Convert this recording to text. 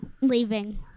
leaving